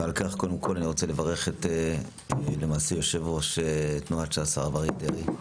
ועל כך קודם כל אני רוצה לברך את יושב-ראש תנועת ש"ס הרב אריה דרעי,